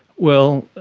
well,